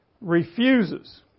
refuses